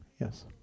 yes